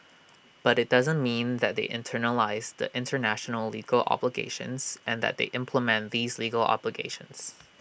but IT doesn't mean that they internalise the International legal obligations and that they implement these legal obligations